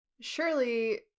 Surely